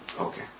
Okay